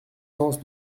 sens